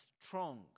strong